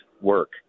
work